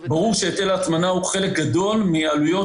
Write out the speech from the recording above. ברור שהיטל ההטמנה הוא חלק גדול מהעלויות